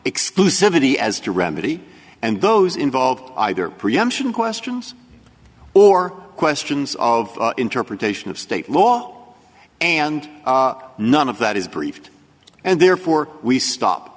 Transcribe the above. exclusively as to remedy and those involved either preemption questions or questions of interpretation of state law and none of that is briefed and therefore we stop